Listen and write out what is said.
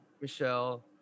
Michelle